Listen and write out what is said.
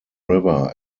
river